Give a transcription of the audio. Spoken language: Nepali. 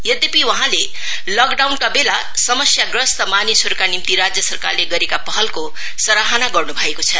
यधपि वहाँले लकडाउनका बेला समस्याग्रस्त मानिसहरुको निम्ति राज्य सरकारले गरेका पहलको सराहना गर्न् भएको छ